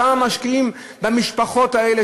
כמה משקיעים במשפחות האלה,